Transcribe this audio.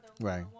Right